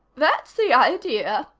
that's the idea,